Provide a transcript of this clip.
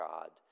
God